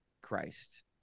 Christ